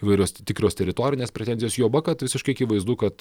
įvairios ti tikros teritorinės pretenzijos juoba kad visiškai akivaizdu kad